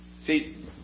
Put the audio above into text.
See